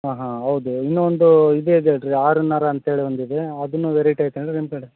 ಹಾಂ ಹಾಂ ಹೌದು ಇನ್ನೂ ಒಂದು ಇದು ಇದೆಯಲ್ಲ ರಿ ಆರ್ ಎನ್ ಆರ ಅಂತೇಳಿ ಒಂದು ಇದೆ ಅದೂನು ವೆರೈಟಿ ಐತೇನು ರೀ ನಿಮ್ಮ ಕಡೆ